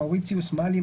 מאורציוס; מאלי,